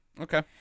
Okay